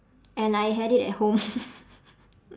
and I had it at home